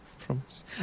promise